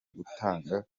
gutanga